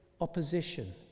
opposition